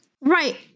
right